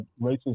racist